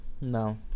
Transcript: No